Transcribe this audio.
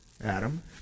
Adam